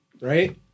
right